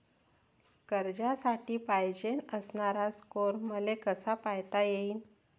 कर्जासाठी पायजेन असणारा स्कोर मले कसा पायता येईन?